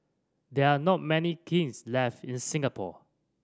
there are not many kilns left in Singapore